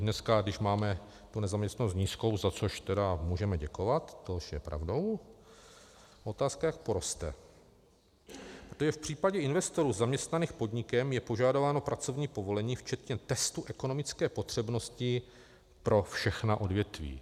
Dneska když máme nezaměstnanost nízkou, za což můžeme děkovat, to je pravdou, otázka je, jak poroste, protože v případě investorů zaměstnaných podnikem je požadováno pracovní povolení včetně testu ekonomické potřebnosti pro všechna odvětví.